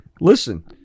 listen